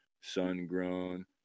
sun-grown